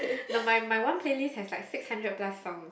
the mine my one playlist has like six hundred plus songs